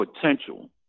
potential